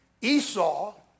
Esau